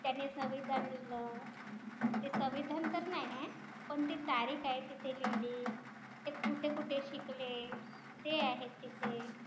त्यांनी संविधान लिहिलं ते संविधान तर नाही आहे पण ती तारीख आहे तिथे लिहिली कुठे कुठे शिकले ते आहे तिथे